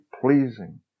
pleasing